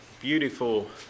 beautiful